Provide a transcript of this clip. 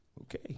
Okay